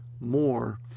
more